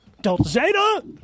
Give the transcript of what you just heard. Delta